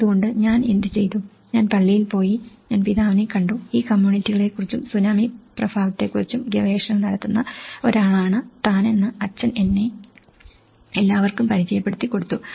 അതുകൊണ്ടു ഞാൻ എന്ത് ചെയ്തു ഞാൻ പള്ളിയിൽ പോയി ഞാൻ പിതാവിനെ കണ്ടു ഈ കമ്മ്യൂണിറ്റികളെക്കുറിച്ചും സുനാമി പ്രഭാവത്തെക്കുറിച്ചും ഗവേഷണം നടത്തുന്ന ഒരാളാണ് താനെന്നു അച്ഛൻ എന്നെ എല്ലാവര്ക്കും പരിചയപ്പെടുത്തി കൊടുത്തു